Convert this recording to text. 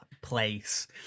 place